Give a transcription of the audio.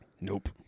nope